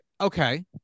okay